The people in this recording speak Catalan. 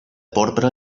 porpra